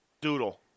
Doodle